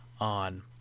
on